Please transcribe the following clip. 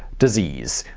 disease,